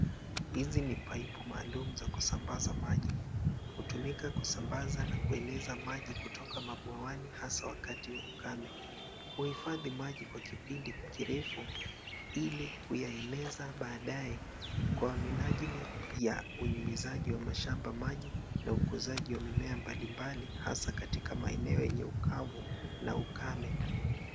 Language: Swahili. Hizi ni paipu maalum za kusambaza maji. Hutumika kusambaza na kueneza maji kutoka mabwani hasa wakati wa ukame. Huhifadhi maji kwa kipindi kirefu ili kuyaeneza baadae kwa minajili ya unyunyizaji wa shambani maji na ukuzaji wa mimea mbalimbali hasa katika maeneo yenye ukavu na ukame.